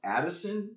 Addison –